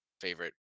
Favorite